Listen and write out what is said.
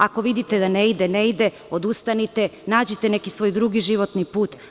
Ako vidite da ne ide, ne ide, odustanite, nađite neki svoj drugi životni put.